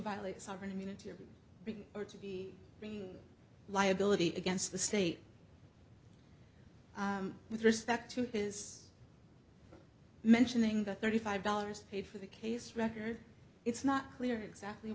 violate sovereign immunity or to be liability against the state with respect to his mentioning the thirty five dollars paid for the case record it's not clear exactly